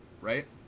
right